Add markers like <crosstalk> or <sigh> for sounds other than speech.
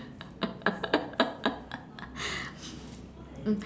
<laughs>